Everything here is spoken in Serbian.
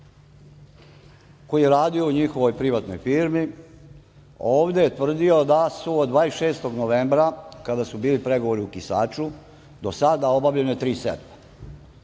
koji je radio u njihovoj privatnoj firmi, ovde je tvrdio da su od 26. novembra, kada su bili pregovori u Kisaču, do sada obavljene tri setve.